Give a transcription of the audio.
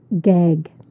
Gag